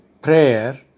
prayer